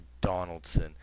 Donaldson